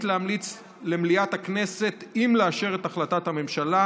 להמליץ למליאת הכנסת אם לאשר את החלטת הממשלה,